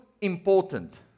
important